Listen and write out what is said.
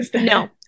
No